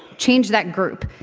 change that group.